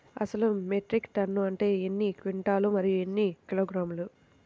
అసలు metric ton అంటే ఎన్ని క్వింటాలు మరియు ఎన్ని కిలోగ్రాములు?